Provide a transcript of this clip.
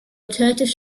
alternative